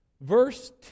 Verse